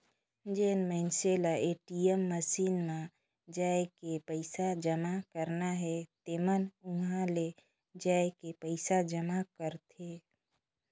जेन मइनसे ल ए.टी.एम मसीन म जायके पइसा जमा करना हे तेमन उंहा ले जायके पइसा जमा करथे